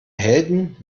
helden